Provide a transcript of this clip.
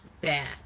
bad